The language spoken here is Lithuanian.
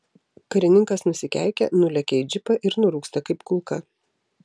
karininkas nusikeikia nulekia į džipą ir nurūksta kaip kulka